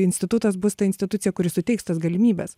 institutas bus ta institucija kuri suteiks tas galimybes